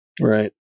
right